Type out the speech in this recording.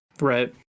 Right